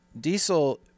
diesel